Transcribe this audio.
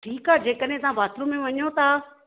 ठीकु आहे जेकॾहिं तव्हां बाथरूम में वञो था